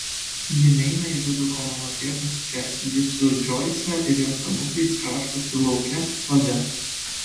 ji neina į vidų kol mano tėvas čia ji su džoise ir jos anūkais krapštosi lauke sode